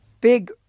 big